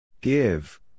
Give